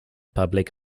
public